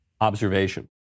observation